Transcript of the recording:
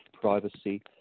privacy